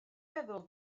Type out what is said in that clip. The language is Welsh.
meddwl